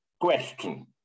question